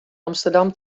amsterdam